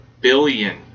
billion